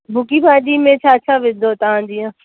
भुॻी भाॼी में छा छा विझंदो तव्हां जीअं